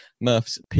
Murph's